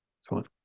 excellent